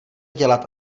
dělat